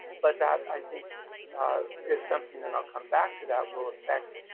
but that i think is something that i'll come back to that will affect